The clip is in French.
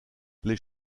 les